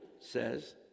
says